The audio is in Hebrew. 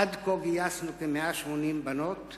עד כה גייסנו כ-180 בנות ובנים.